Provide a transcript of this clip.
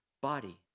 body